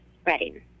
spreading